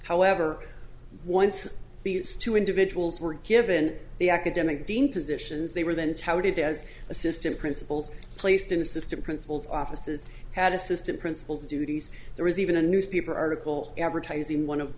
however once the two individuals were given the academic dean positions they were then touted as assistant principals placed in assistant principals offices had assistant principals duties there was even a newspaper article advertising one of